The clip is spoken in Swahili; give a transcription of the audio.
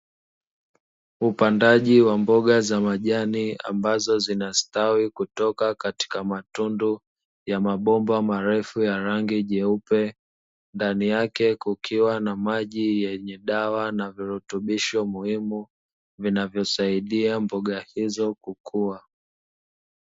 Upandaji wa mboga za majani ambazo zinastawi kutoka katika matumdu ya mabomba marefu ya rangi jeupe, ndani yake kukiwa na maji yenye dawa na vilutubisho muhimu, vinavyosaidia mboga hizo kukua.